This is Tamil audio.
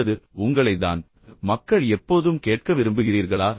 அல்லது உங்களை தான் மக்கள் எப்போதும் கேட்க விரும்புகிறீர்களா